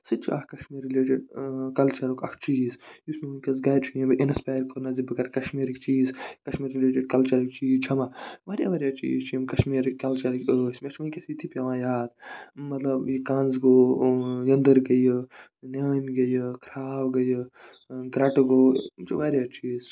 سُہ تہِ چھُ اکھ کَشمیٖرُک لٮ۪جٮ۪نڈ کَلچَرُک اکھ چیٖز یُس مےٚ ؤنکٮ۪س گرِ چھُ اِنسپایر چھُ کوٚرمُت نہ بہٕ کرٕ کَشمیٖرٕکۍ چیٖز کَشمیٖرٕکۍ رِلٮ۪ٹٔڈ کَلچَرٕکۍ چیٖز جمع واریاہ واریاہ چیٖز چھِ یِم کَشمیٖرٕکۍ کَلچرٕکۍ ٲسۍ أتھۍ پٮ۪وان یاد مطلب یہِ کَنز گوٚو ۂندٕر گٔیہِ ترامہِ گٔیہِ کھراو گٔیہِ گرٹہٕ گوٚو یِم چھِ واریاہ چیٖز